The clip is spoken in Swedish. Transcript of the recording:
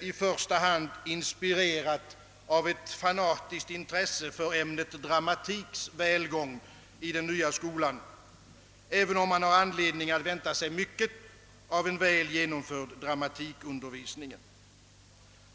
i första hand inte inspirerat av ett fanatiskt intresse för ämnet dramatiks välgång i den nya skolan, även om man har anledning att vänta sig mycket av en väl genomförd dramatikundervisning.